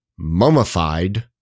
Mummified